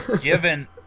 Given